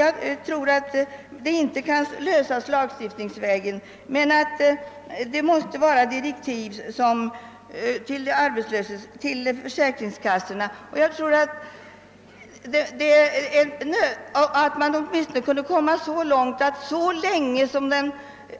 Jag tror inte att problemet kan lösas lagstiftningsvägen men att det måste ges direktiv till försäkringskassorna. Jag tror att man åtminstone kunde komma så långt att den